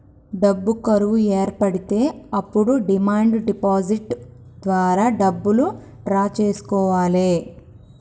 డబ్బు కరువు ఏర్పడితే అప్పుడు డిమాండ్ డిపాజిట్ ద్వారా డబ్బులు డ్రా చేసుకోవాలె